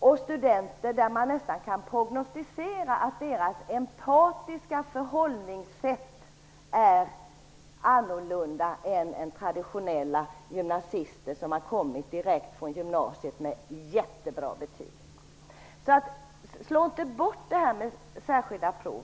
Man kan nästan prognostisera att dessa studenters empatiska förhållningssätt är annorlunda än den traditionella gymnasistens, som kommer direkt från gymnasiet med mycket bra betyg. Slå inte bort tanken på särskilda prov.